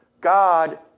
God